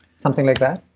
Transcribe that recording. something like that?